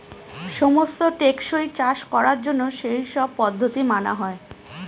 সমস্ত টেকসই চাষ করার জন্য সেই সব পদ্ধতি মানা হয়